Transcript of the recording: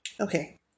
Okay